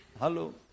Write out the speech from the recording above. Hello